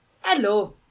Hello